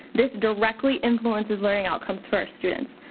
this directly influences learning outcomes for our students.